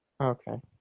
Okay